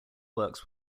works